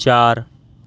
چار